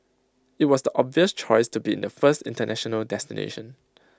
IT was the obvious choice to be the first International destination